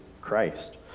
Christ